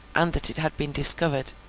and that it had been discovered,